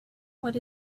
what